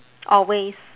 always